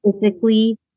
physically